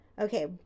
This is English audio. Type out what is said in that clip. Okay